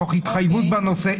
תוך התחייבות בנושא,